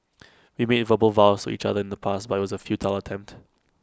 we made verbal vows to each other in the past but IT was A futile attempt